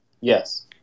Yes